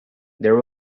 there